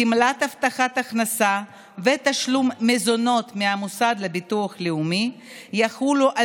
גמלת הבטחת הכנסה ותשלום מזונות מהמוסד לביטוח לאומי יחולו על